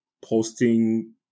posting